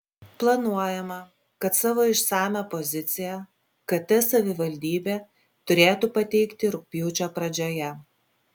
planuojama kad savo išsamią poziciją kt savivaldybė turėtų pateikti rugpjūčio pradžioje